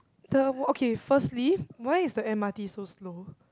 the okay firstly why is the M_R_T so slow